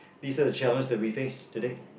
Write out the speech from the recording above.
pieces of challenge that we face today